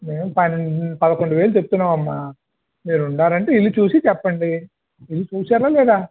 మేము పదకొండువేలు చెప్తున్నాము అమ్మా మీరు ఉండాలి అంటే ఇల్లు చూసి చెప్పండి ఇల్లు చూసారా లేదా